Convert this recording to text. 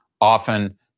often